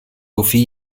sophie